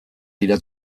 dira